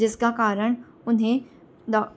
जिसका कारण उन्हे दो